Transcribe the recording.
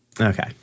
Okay